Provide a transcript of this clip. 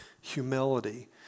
humility